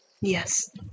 Yes